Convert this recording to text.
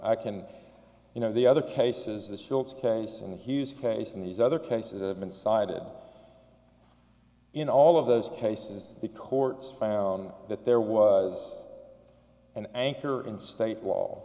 i can you know the other cases the shields case and the hughes case in these other cases have been cited in all of those cases the courts found that there was an anchor in state wall